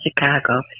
Chicago